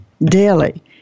daily